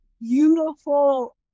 beautiful